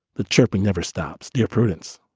the chirping never stops. dear prudence,